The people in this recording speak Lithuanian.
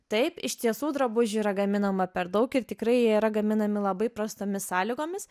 taip iš tiesų drabužių yra gaminama per daug ir tikrai jie yra gaminami labai prastomis sąlygomis